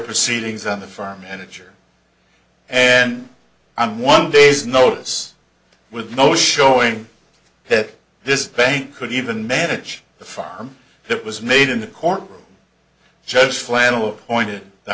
proceedings on the farm manager and i'm one day's notice with no showing that this bank could even manage the farm that was made in the court judge flannel pointed the